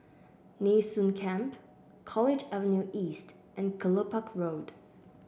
Nee Soon Camp College Avenue East and Kelopak Road